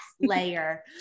layer